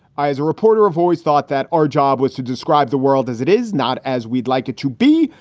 i as a reporter have always thought that our job was to describe the world as it is, not as we'd like it to be.